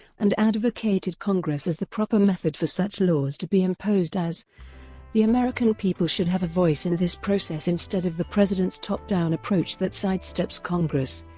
and advocated congress as the proper method for such laws to be imposed as the american people should have a voice in this process instead of the president's top-down approach that sidesteps congress